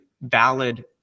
valid